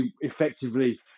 effectively